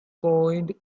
coined